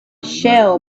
shall